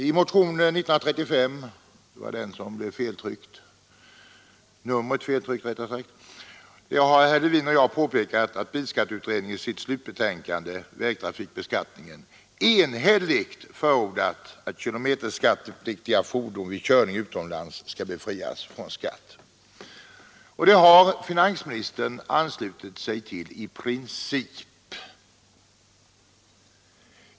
I motionen 1935 — det var den som från början åsattes fel nummer — har herr Levin och jag påpekat att bilskatteutredningen i sitt slutbetänkande Vägtrafikbeskattningen enhälligt förordat att kilometerskattepliktiga fordon vid körning utomlands skall befrias från skatt. Till det har finansministern i princip anslutit sig.